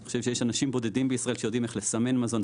אני חושב שיש אנשים בודדים בישראל שיודעים איך לסמן מזון.